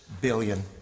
billion